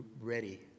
ready